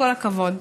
כל הכבוד.